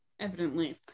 evidently